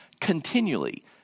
continually